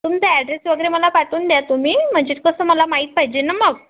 तुमचा ॲड्रेस वगैरे मला पाठवून द्या तुम्ही म्हणजे कसं मला माहीत पाहिजे न मग